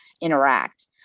interact